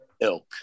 ilk